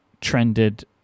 trended